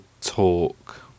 talk